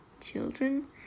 children